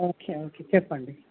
okay okay చెప్పండి